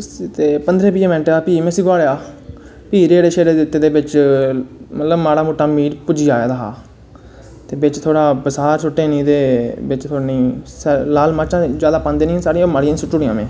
ते पंदरैं बाहें मैंटे बाद मोें उसी फ्ही गोहाड़ेआ फ्ही रेड़े शेड़े दित्ते चते बिच्च मतलव माड़ा मुट्टा मीट भुज्जी जा हा बिच्च थोह्ड़े नेह् बदार सुट्टी नी ते बिच्च लाल मर्चां जादा पांदे नी हैन वा थोह्ड़ियां सुट्टी ओड़ियां में